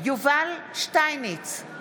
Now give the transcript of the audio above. יובל שטייניץ,